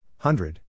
Hundred